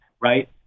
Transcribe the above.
right